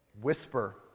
whisper